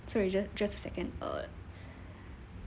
sorry ju~ just a second uh